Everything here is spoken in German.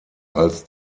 als